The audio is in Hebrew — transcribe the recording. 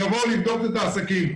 יבואו לבדוק את העסקים.